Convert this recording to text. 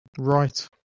Right